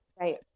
Right